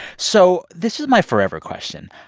so this is my forever question.